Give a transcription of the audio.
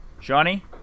Johnny